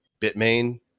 Bitmain